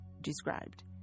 described